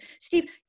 Steve